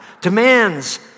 demands